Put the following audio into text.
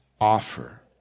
offer